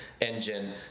engine